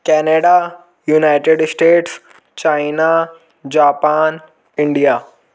Canada United States China Japan India